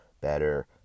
better